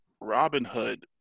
Robinhood